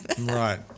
right